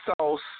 sauce